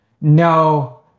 No